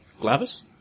Glavis